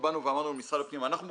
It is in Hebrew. אמרנו למשרד הפנים: אנחנו מוכנים,